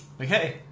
Okay